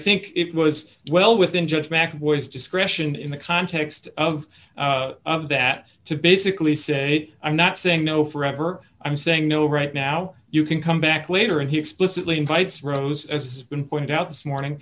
think it was well within judge mcevoy's discretion in the context of that to basically say i'm not saying no forever i'm saying no right now you can come back later and he explicitly invites rose as been pointed out this morning